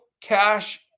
cash